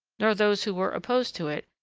nor those who were opposed to it,